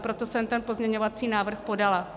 Proto jsem ten pozměňovací návrh podala.